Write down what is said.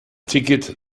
ticket